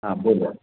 हां बोला